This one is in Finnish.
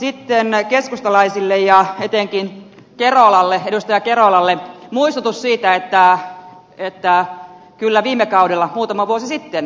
sitten keskustalaisille ja etenkin edustaja kerolalle muistutus siitä että kyllä viime kaudella muutama vuosi sitten te teitte aluepolitiikkaa